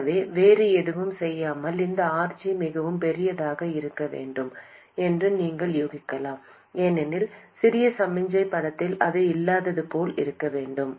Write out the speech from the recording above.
எனவே வேறு எதுவும் செய்யாமல் இந்த RG மிகவும் பெரியதாக இருக்க வேண்டும் என்று நீங்கள் யூகிக்கலாம் ஏனெனில் சிறிய சமிக்ஞை படத்தில் அது இல்லாதது போல் இருக்க வேண்டும்